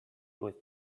with